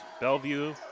Bellevue